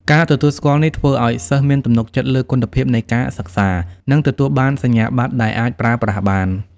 ការទទួលស្គាល់នេះធ្វើឱ្យសិស្សមានទំនុកចិត្តលើគុណភាពនៃការសិក្សា និងទទួលបានសញ្ញាបត្រដែលអាចប្រើប្រាស់បាន។